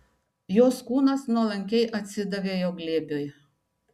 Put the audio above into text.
jos kūnas nuolankiai atsidavė jo glėbiui